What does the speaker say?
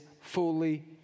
fully